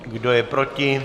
Kdo je proti?